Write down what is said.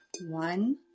One